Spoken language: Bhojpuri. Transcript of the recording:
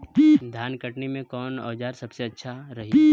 धान कटनी मे कौन औज़ार सबसे अच्छा रही?